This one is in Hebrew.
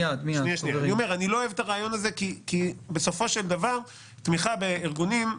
אני מאוד בעד תמיכה בארגונים.